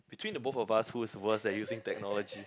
between the both of us who's worse at using technology